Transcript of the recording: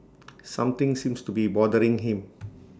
something seems to be bothering him